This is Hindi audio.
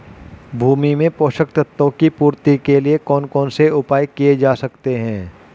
भूमि में पोषक तत्वों की पूर्ति के लिए कौन कौन से उपाय किए जा सकते हैं?